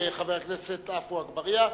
חבר הכנסת עפו אגבאריה,